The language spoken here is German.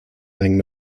drängen